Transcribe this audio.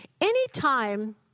Anytime